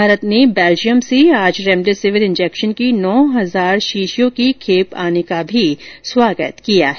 भारत ने बेल्जियम से आज रेमडेसिविर इंजेक्शन की नौ हजार शीशियों की खेप आने का भी स्वागत किया है